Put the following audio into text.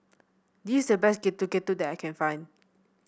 this is the best Getuk Getuk that I can find